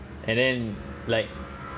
and then like